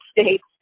States